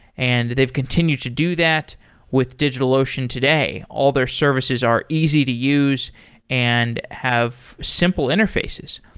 and they've continued to do that with digitalocean today. all their services are easy to use and have simple interfaces.